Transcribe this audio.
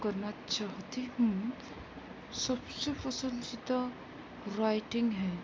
کرنا چاہتی ہوں سب سے پسندیدہ رائٹنگ ہے